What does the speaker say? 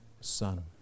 son